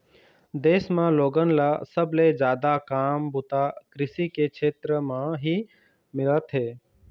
देश म लोगन ल सबले जादा काम बूता कृषि के छेत्र म ही मिलत हे